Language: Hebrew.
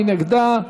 מי נגדה?